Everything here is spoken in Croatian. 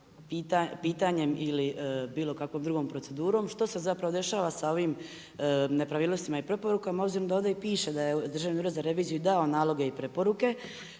pitanjem ili bilo kakvom drugom procedurom, što se zapravo dešava sa ovim nepravilnostima i preporukama obzirom da ovdje i piše da je Državni ured za reviziju dao naloge i preporuke